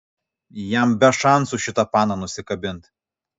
jam be šansų šitą paną nusikabint